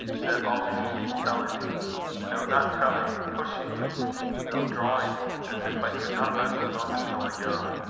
that always keeps telling me no, not telling me, pushing me no, drawing me, as if i could not rest a moment till i go.